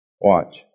Watch